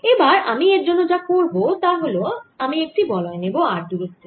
এবার আমি এর জন্য যা করব তা হল আমি একটি বলয় নেব r দূরত্বে